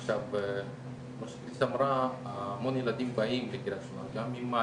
עכשיו המון ילדים באים גם ממג'דל,